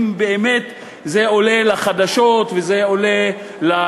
אם באמת זה עולה לחדשות ולכותרות.